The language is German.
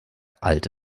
alt